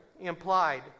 implied